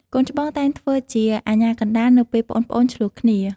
កូនច្បងតែងធ្វើជាអាជ្ញាកណ្ដាល នៅពេលប្អូនៗឈ្លោះគ្នា។